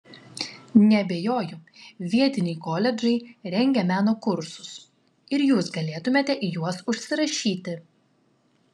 neabejoju vietiniai koledžai rengia meno kursus ir jūs galėtumėte į juos užsirašyti